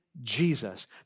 Jesus